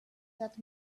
that